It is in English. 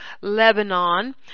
Lebanon